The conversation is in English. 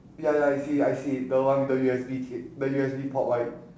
ya ya I see it I see it the one the U_S_B cab~ the U_S_B port right